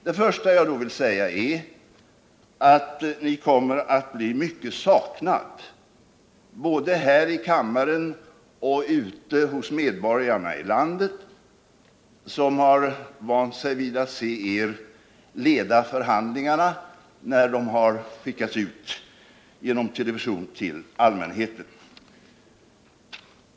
Det första jag då vill säga är att ni kommer att bli mycket saknad både här i kammaren och ute hos medborgarna i landet, som har vant sig vid att se er leda förhandlingarna när dessa har skickats ut genom television till allmänheten.